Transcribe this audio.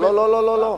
לא, לא, לא.